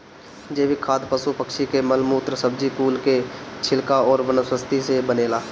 जैविक खाद पशु पक्षी के मल मूत्र, सब्जी कुल के छिलका अउरी वनस्पति से बनेला